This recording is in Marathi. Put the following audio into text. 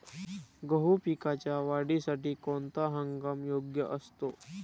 गहू पिकाच्या वाढीसाठी कोणता हंगाम योग्य असतो?